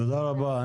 תודה רבה.